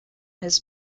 his